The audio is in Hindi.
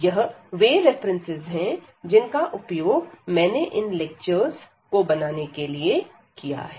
यह वे रेफरेंसेस है जिनका उपयोग मैंने इन लेक्चरर्स को बनाने के लिए किया है